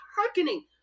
hearkening